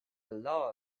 law